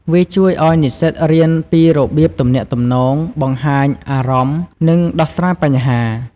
វាជួយឱ្យនិស្សិតរៀនពីរបៀបទំនាក់ទំនង បង្ហាញអារម្មណ៍ និងដោះស្រាយបញ្ហា។